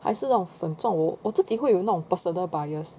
还是那种粉状我我自己会有那种 personal bias